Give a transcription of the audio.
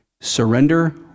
surrender